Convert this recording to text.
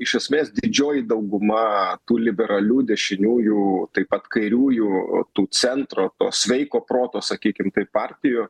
iš esmės didžioji dauguma tų liberalių dešiniųjų taip pat kairiųjų tų centro ar to sveiko proto sakykim taip partijų